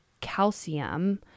calcium